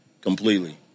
Completely